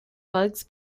bugs